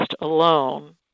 alone